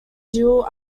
jill